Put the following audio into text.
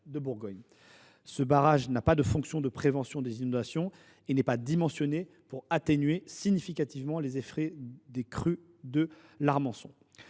de Bourgogne. Ce barrage n’a pas de fonction de prévention des inondations et n’est pas dimensionné pour atténuer significativement les effets des crues de l’Armançon.